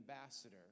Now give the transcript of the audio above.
ambassador